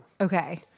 Okay